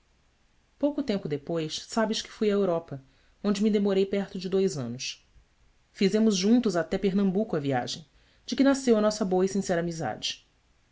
pouco tempo depois sabes que fui à europa onde me demorei perto de dois anos fizemos juntos até pernambuco a viagem de que nasceu a nossa boa e sincera amizade